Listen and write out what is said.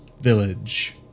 village